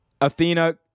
Athena